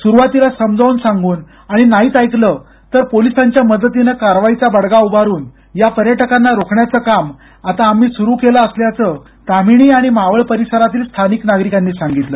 सुरुवातीला समजावून सांगून आणि नाहीच ऐकले तर पोलिसांच्या मदतीनं कारवाईचा बडगा उभारून या पर्यटकांना रोखण्याच काम आता आम्ही सुरू केलं असल्याचं ताम्हिणी आणि मावळ परिसरातील स्थानिक नागरिकांनी सांगितलं